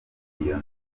iyo